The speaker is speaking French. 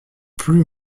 plus